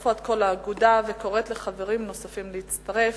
שהצטרפו עד כה לאגודה וקוראת לחברים נוספים להצטרף.